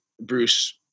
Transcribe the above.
Bruce